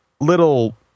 little